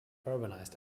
urbanized